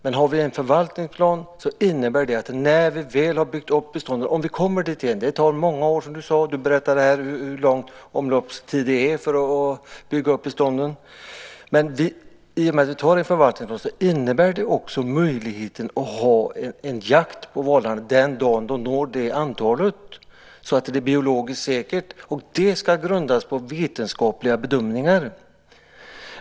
Men har vi en förvaltningsplan så innebär det att när vi väl har byggt upp beståndet, om vi kommer dithän - det tar många år som du sade; du berättade här hur lång omloppstiden är för att bygga upp bestånden - så har vi också en möjlighet att ha en jakt på valarna den dag de når det antal som gör det biologiskt säkert. Det ska grundas på vetenskapliga bedömningar.